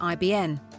IBN